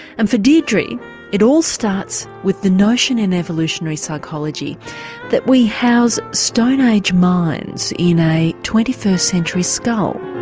and for deidre it all starts with the notion in evolutionary psychology that we house stone age minds in a twenty first century skull.